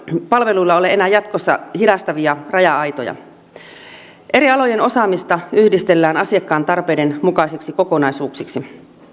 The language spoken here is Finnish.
palveluilla ole enää jatkossa hidastavia raja aitoja eri alojen osaamista yhdistellään asiakkaan tarpeiden mukaisiksi kokonaisuuksiksi